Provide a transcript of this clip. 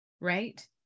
Right